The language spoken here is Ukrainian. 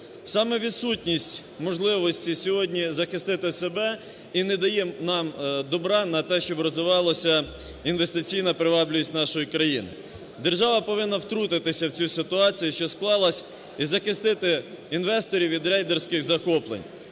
Саме відсутність можливості сьогодні захистити себе і не дає нам добра на те, щоб розвивалася інвестиційна привабливість нашої країни. Держава повинна втрутитися в цю ситуацію, що склалась, і захистити інвесторів від рейдерських захоплень.